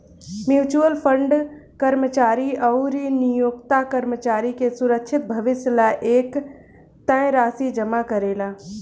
mutual fund कर्मचारी अउरी नियोक्ता कर्मचारी के सुरक्षित भविष्य ला एक तय राशि जमा करेला